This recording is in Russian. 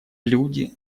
люди